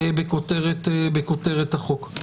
בכותרת החוק.